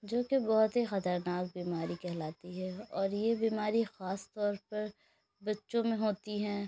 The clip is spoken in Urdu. جو کہ بہت ہی خطرناک بیماری کہلاتی ہے اور یہ بیماری خاص طور پر بچوں میں ہوتی ہیں